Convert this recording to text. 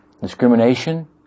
Discrimination